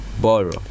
Borrow